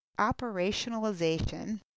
operationalization